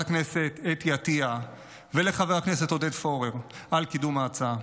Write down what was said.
הכנסת אתי עטייה ולחבר הכנסת עודד פורר על קידום ההצעה.